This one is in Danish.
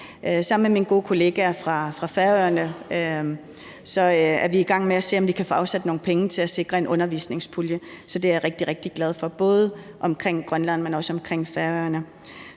Sammen med min gode kollega fra Færøerne er vi i gang med at se på, om vi kan få afsat nogle penge til at sikre en undervisningspulje. Så det er jeg rigtig, rigtig glad for, både i forhold til Grønland,